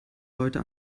leute